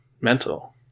mental